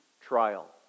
trial